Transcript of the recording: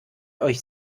euch